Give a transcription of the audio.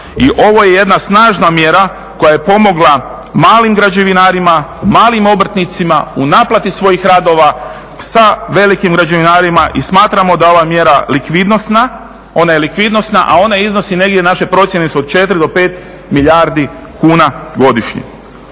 I ovo je jedna snažna mjera koja je pomogla malim građevinarima, malim obrtnicima u naplati svojih radova sa velikim građevinarima. I smatramo da je ova mjera likvidnosna, ona je likvidnosna a ona iznosi negdje naše procjene su od 4 do 5 milijardi kuna godišnje.